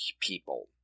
people